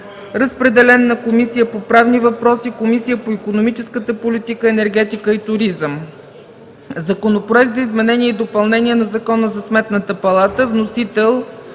разпределен е на Комисията по правни въпроси и Комисията по икономическата политика, енергетика и туризъм; - Законопроект за изменение и допълнение на Закона за Сметната палата, вносители